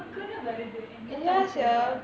டக்குனு வருது:takkunu varuthu